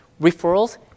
referrals